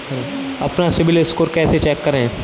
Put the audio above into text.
अपना सिबिल स्कोर कैसे चेक करें?